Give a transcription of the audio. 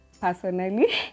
personally